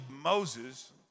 Moses